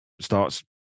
Starts